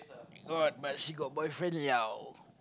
got but she got boyfriend liao